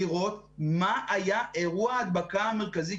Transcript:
לראות מה היה אירוע ההדבקה המרכזי.